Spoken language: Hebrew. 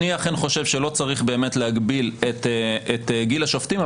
אני אכן חושב שלא צריך באמת להגביל את גיל השופטים,